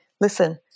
listen